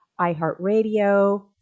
iHeartRadio